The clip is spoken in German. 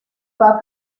war